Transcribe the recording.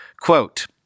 Quote